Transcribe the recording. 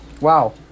Wow